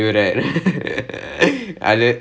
அது:athu ya ya ya அது:athu